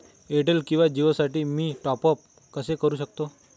Airtel किंवा जिओसाठी मी टॉप ॲप कसे करु शकतो?